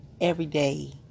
Everyday